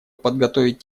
подготовить